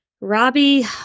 Robbie